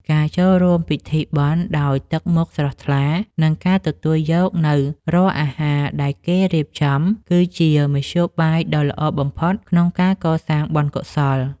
ការចូលរួមពិធីបុណ្យដោយទឹកមុខស្រស់ថ្លា និងការទទួលយកនូវរាល់អាហារដែលគេរៀបចំ គឺជាមធ្យោបាយដ៏ល្អបំផុតក្នុងការកសាងបុណ្យកុសល។